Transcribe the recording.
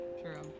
True